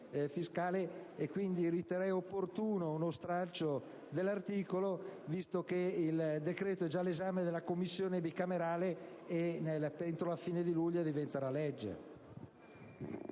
fiscale. Quindi, riterrei opportuno lo stralcio dell'articolo 9, visto che il decreto è già all'esame della Commissione bicamerale, ed entro la fine di luglio diventerà legge.